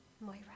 Moira